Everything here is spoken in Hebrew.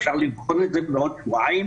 אפשר לבחון את זה בעוד שבועיים